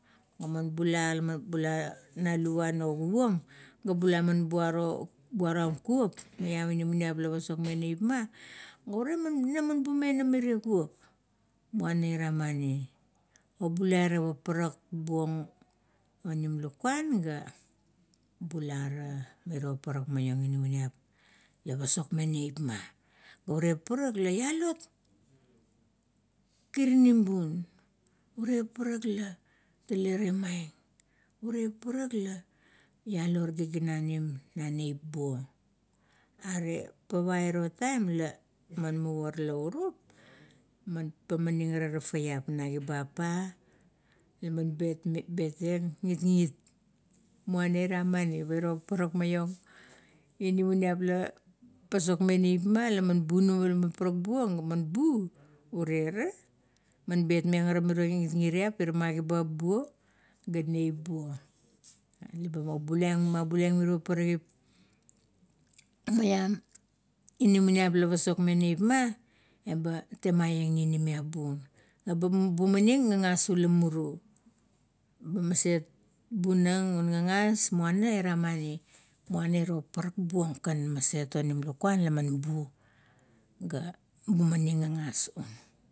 Laman bula, la bula na luva na luvan o gugum, ga bula man buaram kup maiam mila pasokmeng neipma, urea inara man bumenam mirie kup. Muana iramani o bulai na paparak buong, onim lukuan ga bula ra iro paarak maiong mila pasokmeng neipma. Ure paparak la ialo kirinim bun, ure paparak la rale temaiieng, ure paparak la ialo giginanim na neip buo. Are pava na iro taim la muvor naurup ma pamanim ara tafaiap, na gibap pa la man betmeng, betmeng gitgit, muana ira mani paparak maiong inamaniap la pasokmeng neipma. La bunama gaman bu, ure ra, man betmeng ara miro gitgit riap irama gibap bu ga neip buo. La ba abulaing, mabulaing miro pagaragiop maiam namaneip mila pasokmeng neipma, eba temaieng ninimiap buong. Eba bumaning gagas ula mumuru ba maset bunang un gagas, muani ura mani, muana iro paparak buong kan, onim lakuan, laman bu ga bamaing gagas ba.